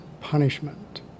punishment